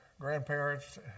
grandparents